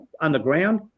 underground